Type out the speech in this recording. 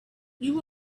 you